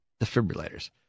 defibrillators